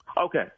okay